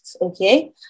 okay